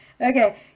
Okay